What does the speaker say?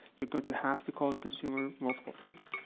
you're going to have to call the consumer multiple times,